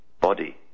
body